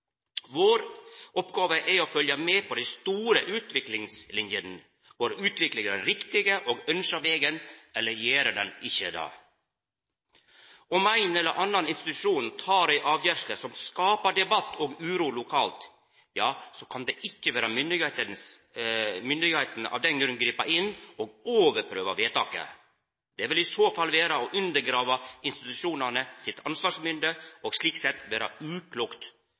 Vår oppgåve er å følgja med på dei store utviklingslinjene. Går utviklinga den riktige og ønskte vegen, eller gjer ho det ikkje? Om ein eller annan institusjon tek ei avgjersle som skaper debatt og uro lokalt, ja så kan ikkje myndigheitene av den grunn gripa inn og overprøva vedtaket. Det vil i så fall vera å undergrava institusjonane sitt ansvarsmynde og slik sett